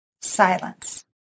silence